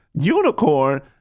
unicorn